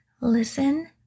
Listen